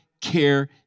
care